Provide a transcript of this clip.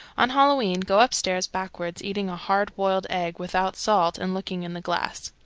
on halloween go upstairs backwards, eating a hard boiled egg without salt, and looking in the glass.